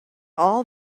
all